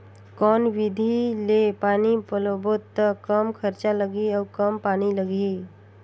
कौन विधि ले पानी पलोबो त कम खरचा लगही अउ कम पानी लगही?